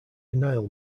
denial